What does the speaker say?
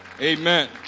Amen